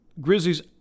Grizzlies